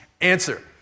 answer